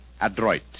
adroit